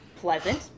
pleasant